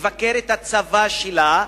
לבקר את הצבא שלה,